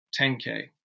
10K